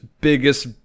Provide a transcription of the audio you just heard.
biggest